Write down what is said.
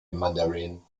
mandarin